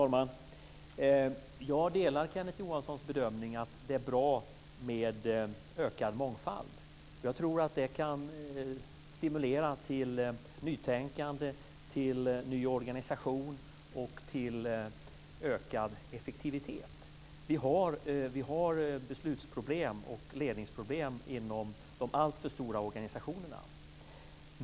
Fru talman! Jag delar Kenneth Johanssons bedömning att det är bra med ökad mångfald. Jag tror att det kan stimulera till nytänkande, ny organisation och ökad effektivitet. Vi har beslutsproblem och ledningsproblem inom de alltför stora organisationerna.